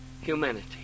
humanity